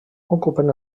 ocupen